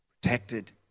protected